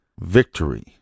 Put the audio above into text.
victory